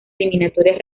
eliminatorias